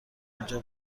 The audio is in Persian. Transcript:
اینجا